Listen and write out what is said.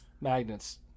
magnets